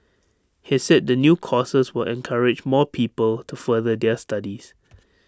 he said the new courses will encourage more people to further their studies